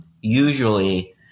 usually